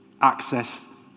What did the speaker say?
access